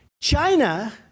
China